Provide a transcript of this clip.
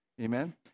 Amen